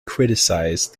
criticize